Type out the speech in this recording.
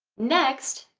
next,